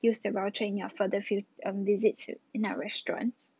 use the voucher in your further fut~ um visits in our restaurants